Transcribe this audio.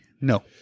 no